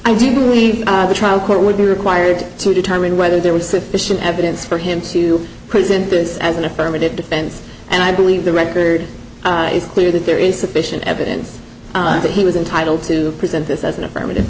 believe the trial court would be required to determine whether there was sufficient evidence for him to present this as an affirmative defense and i believe the record is clear that there is sufficient evidence that he was entitled to present this as an affirmative